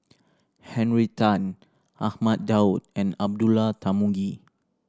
Henry Tan Ahmad Daud and Abdullah Tarmugi